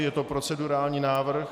Je to procedurální návrh.